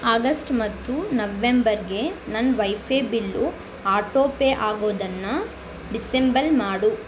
August ಮತ್ತು ನವೆಂಬರ್ಗೆ ನನ್ನ ವೈಫೆ ಬಿಲ್ಲು ಆಟೋ ಪೇ ಆಗೋದನ್ನು ಡಿಸೆಂಬಲ್ ಮಾಡು